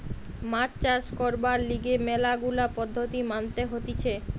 মাছ চাষ করবার লিগে ম্যালা গুলা পদ্ধতি মানতে হতিছে